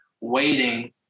waiting